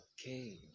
Okay